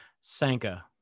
Sanka